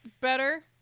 better